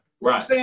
Right